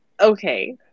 Okay